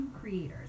creators